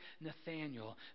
Nathaniel